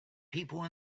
people